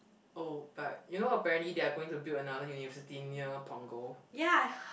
oh but you know apparently they are going to build another university near punggol